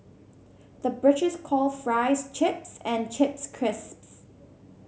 the British calls fries chips and chips crisps